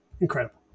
incredible